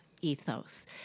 ethos